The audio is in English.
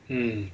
mm